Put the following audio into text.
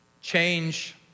change